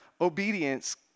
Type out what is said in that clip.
obedience